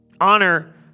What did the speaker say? honor